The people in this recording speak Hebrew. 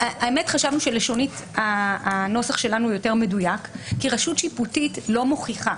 חשבנו שלשונית הנוסח שלנו הוא יותר מדויק כי רשות שיפוטית לא מוכיחה.